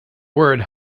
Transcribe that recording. word